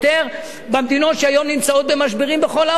במדינות שהיום נמצאות במשברים בכל העולם.